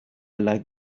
like